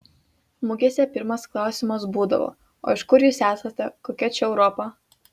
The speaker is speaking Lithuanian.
mugėse pirmas klausimas būdavo o iš kur jūs esate kokia čia europa